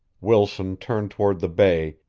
wilson turned toward the bay,